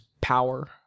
power